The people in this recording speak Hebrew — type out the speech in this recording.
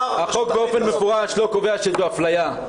החוק באופן מפורש לא קובע שזו אפליה.